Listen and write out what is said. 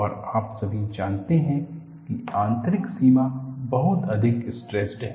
और आप सभी जानते हैं कि आंतरिक सीमा बहुत अधिक स्ट्रेसड है